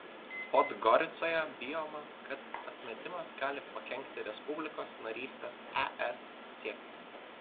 podgoricoje bijoma kad atmetimas gali pakenkti respublikos narystės es siekiui